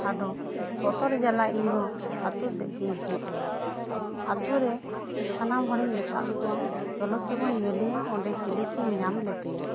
ᱟᱫᱚ ᱵᱚᱛᱚᱨ ᱡᱟᱞᱟ ᱤᱧ ᱦᱚᱸ ᱟᱹᱛᱩ ᱥᱮᱫ ᱜᱤᱧ ᱦᱮᱡ ᱮᱱᱟ ᱟᱹᱛᱩ ᱨᱮ ᱥᱟᱱᱟᱢ ᱦᱚᱲ ᱤᱧ ᱢᱮᱛᱟᱫ ᱠᱚᱣᱟ ᱪᱚᱞᱚ ᱥᱮ ᱵᱚᱱ ᱧᱮᱞᱮᱭᱟ ᱚᱱᱰᱮ ᱪᱤᱞᱤ ᱪᱚᱧ ᱧᱟᱢ ᱞᱮᱫᱮᱭᱟ